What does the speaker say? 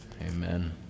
Amen